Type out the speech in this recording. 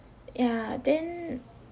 ya then